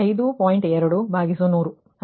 2100ಪ್ರತಿ ಒಂದು 0